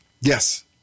Yes